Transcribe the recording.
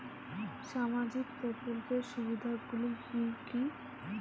সামাজিক প্রকল্পের সুবিধাগুলি কি কি?